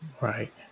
Right